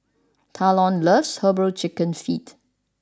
Talon loves Herbal Chicken Feet